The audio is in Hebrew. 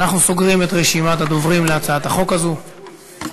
רשימת הדוברים להצעת החוק הזאת.